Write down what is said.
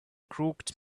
crooked